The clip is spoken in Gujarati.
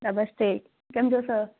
નમસ્તે કેમ છો સર